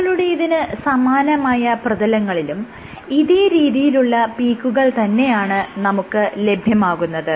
അസ്ഥികളുടേതിന് സമാനമായ പ്രതലങ്ങളിലും ഇതേ രീതിയിലുള്ള പീക്കുകൾ തന്നെയാണ് നമുക്ക് ലഭ്യമാകുന്നത്